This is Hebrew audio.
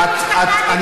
על מה אתה מדבר,